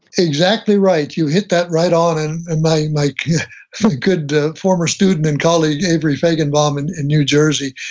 exactly right. you hit that right on. and and my my good former student and colleague, avery faigenbaum and in new jersey,